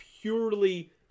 purely